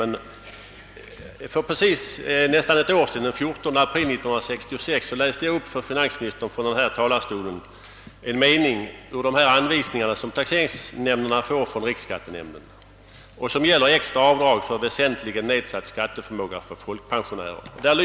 Men för nästan exakt ett år sedan — det var den 14 april 1966 — läste jag upp för finansminstern från denna talarstol en mening ur de anvisningar som taxeringsnämnderna erhållit från riksskattenämnden och som gäller extra avdrag för väsentligen nedsatt skatteförmåga för folkpensionärer.